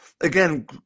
again